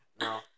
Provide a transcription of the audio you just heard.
No